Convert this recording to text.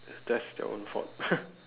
that's their own fault